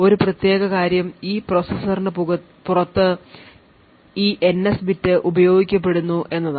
ഒരു പ്രധാന കാര്യം ഈ പ്രോസസ്സർ ന് പുറത്ത് ഈ NS ബിറ്റ് ഉപയോഗിക്കപ്പെടുന്നു എന്നതാണ്